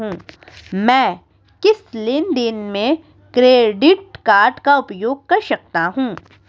मैं किस लेनदेन में क्रेडिट कार्ड का उपयोग कर सकता हूं?